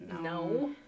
No